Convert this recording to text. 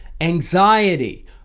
anxiety